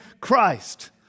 Christ